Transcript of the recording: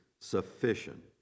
sufficient